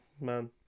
man